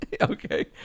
Okay